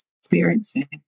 experiencing